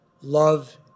love